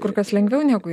kur kas lengviau negu